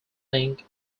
think